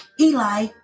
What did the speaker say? Eli